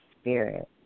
Spirit